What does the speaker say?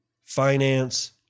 finance